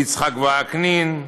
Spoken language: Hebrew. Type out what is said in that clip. יצחק וקנין,